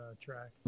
track